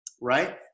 right